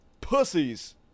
pussies